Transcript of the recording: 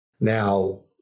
now